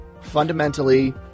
fundamentally